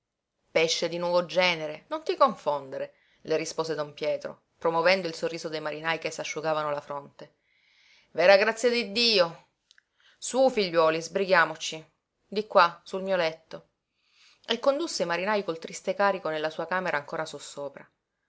pesce di nuovo genere non ti confondere le rispose don pietro promovendo il sorriso dei marinaj che s'asciugavano la fronte vera grazia di dio sù figliuoli sbrighiamoci di qua sul mio letto e condusse i marinaj col triste carico nella sua camera ancora sossopra